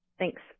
Thanks